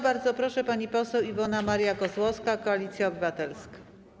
Bardzo proszę, pani poseł Iwona Maria Kozłowska, Koalicja Obywatelska.